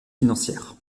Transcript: financière